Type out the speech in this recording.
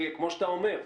כמו שאתה אומר,